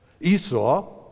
Esau